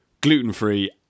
gluten-free